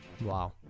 Wow